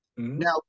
Now